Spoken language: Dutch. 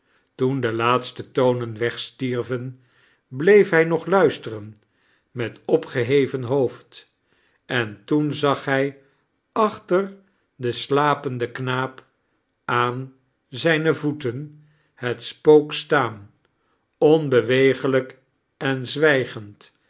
torn die laatste tomem wegstierven bleef hij nog luisteren met opgeheven hoofd en taen zag hij achter den sapencfen knaap aan zijne voeten het spook steam onhewegellijk en zwijgend